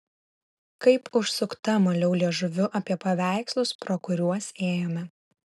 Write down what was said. kaip užsukta maliau liežuviu apie paveikslus pro kuriuos ėjome